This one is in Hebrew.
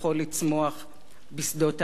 בשדות האנטי-דמוקרטיה.